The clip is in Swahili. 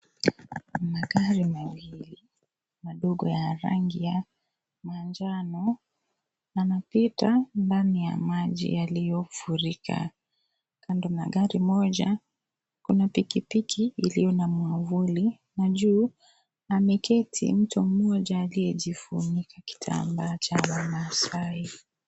Magari mawili mandogo ya rangi ya manjano yanapita ndani ya maji yaliyofurika. Kando na gari moja kuna pikipiki iliyo na mwavuli juu. Ameketi mtu mmoja aliyejifunika kitambaa cha wamasaai.